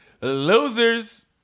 Losers